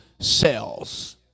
Cells